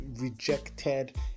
rejected